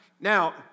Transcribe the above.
Now